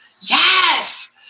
Yes